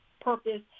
purpose